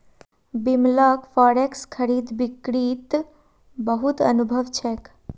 बिमलक फॉरेक्स खरीद बिक्रीत बहुत अनुभव छेक